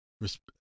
Respect